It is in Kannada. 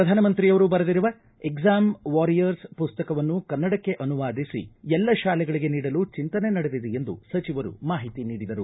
ಪ್ರಧಾನಮಂತ್ರಿಯವರು ಬರೆದಿರುವ ಏಕ್ಲಾಂ ವಾರಿಯರ್ಸ್ ಪುಸ್ತಕವನ್ನು ಕನ್ನಡಕ್ಕೆ ಅನುವಾದಿಸಿ ಎಲ್ಲಾ ಶಾಲೆಗಳಗೆ ನೀಡಲು ಚಿಂತನೆ ನಡೆದಿದೆ ಎಂದು ಸಚಿವರು ಮಾಹಿತಿ ನೀಡಿದರು